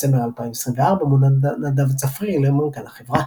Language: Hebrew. בדצמבר 2024 מונה נדב צפריר למנכ"ל החברה.